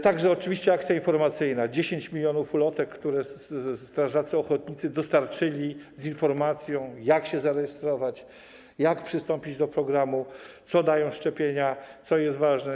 Także oczywiście akcja informacyjna, 10 mln ulotek, które strażacy ochotnicy dostarczyli, z informacją, jak się zarejestrować, jak przystąpić do programu, co dają szczepienia, co jest ważne.